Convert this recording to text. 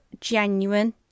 genuine